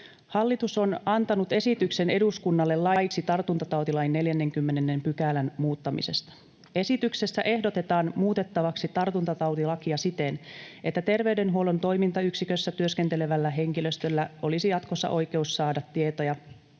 Hallitus on antanut esityksen eduskunnalle laiksi tartuntatautilain 40 §:n muuttamisesta. Esityksessä ehdotetaan muutettavaksi tartuntatautilakia siten, että terveydenhuollon toimintayksikössä työskentelevällä henkilöstöllä olisi jatkossa oikeus saada tietoja